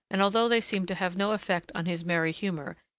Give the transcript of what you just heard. and although they seemed to have no effect on his merry humor,